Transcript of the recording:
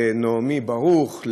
לנעמי ברוך,